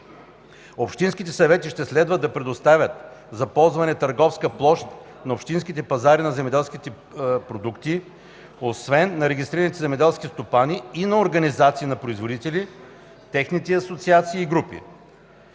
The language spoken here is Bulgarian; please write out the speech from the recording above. Общинските съвети ще следва да предоставят за ползване търговска площ на общинските пазари на земеделски продукти, освен на регистрирани земеделски стопани, и на организации на производители, техните асоциации и групи.